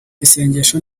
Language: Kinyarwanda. isengesho